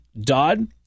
Dodd